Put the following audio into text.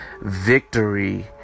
victory